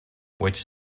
which